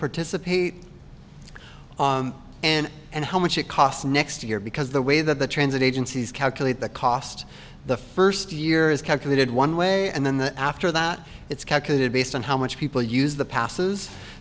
participate and and how much it costs next year because the way that the transit agencies calculate the cost the first year is calculated one way and then the after that it's calculated based on how much people use the passes